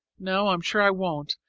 no, i'm sure i won't!